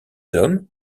hommes